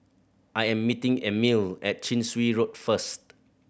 I am meeting Emilie at Chin Swee Road first